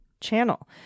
channel